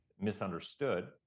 misunderstood